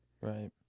Right